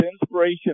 inspiration